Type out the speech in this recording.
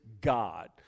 god